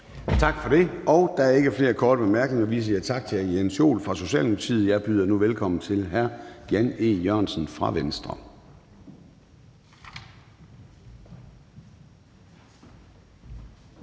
Gade): Der er ikke flere korte bemærkninger. Vi siger tak til hr. Jens Joel fra Socialdemokratiet. Jeg byder nu velkommen til hr. Jan E. Jørgensen fra Venstre.